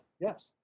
Yes